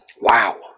Wow